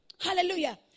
Hallelujah